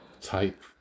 type